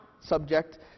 subject